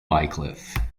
wycliffe